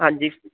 ਹਾਂਜੀ